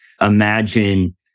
imagine